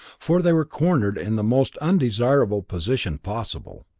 for they were cornered in the most undesirable position possible.